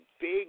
big